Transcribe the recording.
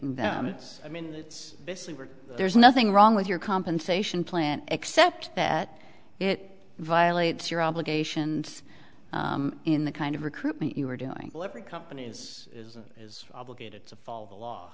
it's i mean it's basically were there's nothing wrong with your compensation plan except that it violates your obligations in the kind of recruitment you are doing every company is is obligated to follow the